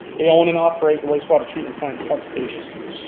they own and operate the wastewater treatment plan pump stations.